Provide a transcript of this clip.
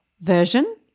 version